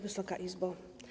Wysoka Izbo!